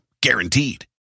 guaranteed